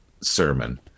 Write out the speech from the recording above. sermon